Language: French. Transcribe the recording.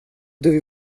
devez